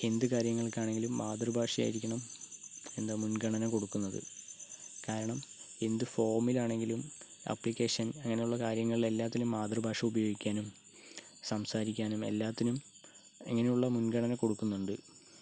എന്ത് കാര്യങ്ങൾക്കാണെങ്കിലും മാതൃഭാഷയായിരിക്കണം എന്താ മുൻഗണന കൊടുക്കുന്നത് കാരണം എന്ത് ഫോമിലാണെങ്കിലും അപ്ലിക്കേഷൻ അങ്ങനെയുള്ള കാര്യങ്ങൾ എല്ലാത്തിലും മാതൃഭാഷ ഉപയോഗിക്കാനും സംസാരിക്കാനും എല്ലാത്തിനും ഇങ്ങനെയുള്ള മുൻഗണന കൊടുക്കുന്നുണ്ട്